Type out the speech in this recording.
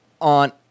on